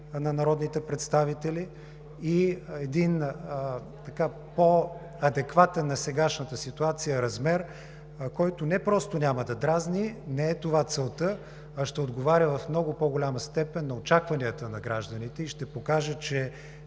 на народните представители и един по-адекватен на сегашната ситуация размер, който не просто няма да дразни – не е тази целта, а ще отговаря в много по-голяма степен на очакванията на гражданите и ще покаже, че